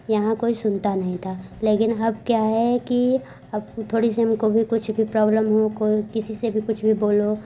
यहाँ कोई सुनता नहीं था लेकिन अब क्या है कि अब थोड़ी सी हमको भी कुछ भी प्रॉबलम हो कोई किसी से भी कुछ भी बोलो